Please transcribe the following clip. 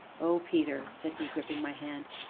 oh, peter! said he, gripping my hand,